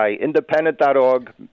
independent.org